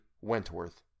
Wentworth